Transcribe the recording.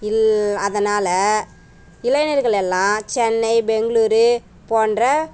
இல் அதனால் இளைஞர்கள் எல்லாம் சென்னை பெங்களுர் போன்ற